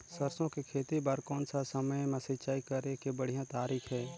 सरसो के खेती बार कोन सा समय मां सिंचाई करे के बढ़िया तारीक हे?